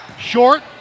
Short